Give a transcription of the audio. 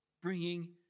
Bringing